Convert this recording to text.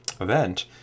event